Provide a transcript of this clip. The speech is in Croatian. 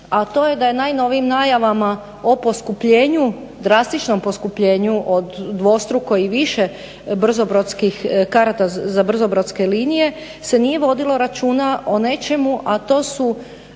a to je da je najnovijim najavama o poskupljenju, drastičnom poskupljenju od dvostruko i više brzobrodskih karata za brzobrodske linije se nije vodilo računa o nečemu, a to su